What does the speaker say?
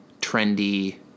trendy